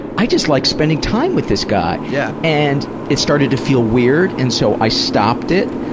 i just like spending time with this guy, yeah and it started to feel weird and so i stopped it,